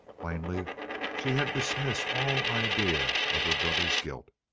plainly she had dismissed all idea of her brother's guilt.